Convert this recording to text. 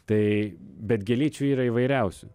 tai bet gėlyčių yra įvairiausių